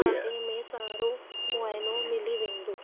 बारे में सारो मुआइनो मिली वेंदो